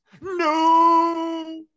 no